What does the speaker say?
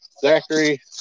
Zachary